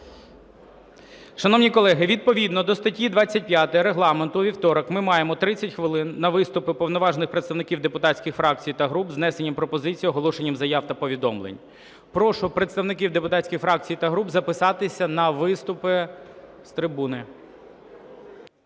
Шановні колеги, відповідно до статті 25 Регламенту у вівторок ми маємо 30 хвилин на виступи уповноважених представників депутатських фракцій та груп з внесенням пропозицій, оголошенням заяв та повідомлень. Прошу представників депутатських фракцій та груп записатися на виступи з трибуни.